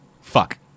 Fuck